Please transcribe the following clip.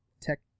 tech